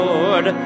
Lord